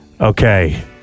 Okay